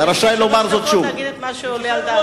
יהיו לך שלוש דקות להגיד את מה שעולה על דעתך.